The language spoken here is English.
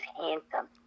handsome